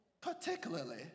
particularly